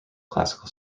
classical